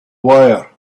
wire